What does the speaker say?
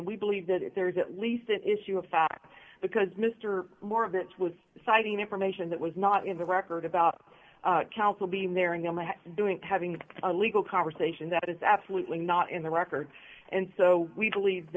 and we believe that if there is at least an issue of fact because mr moore of it was citing information that was not in the record about counsel being there and doing having a legal conversation that is absolutely not in the record and so we believe